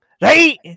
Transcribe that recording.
right